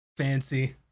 Fancy